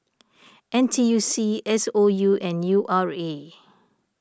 N T U C S O U and U R A